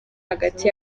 hagati